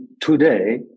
today